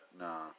nah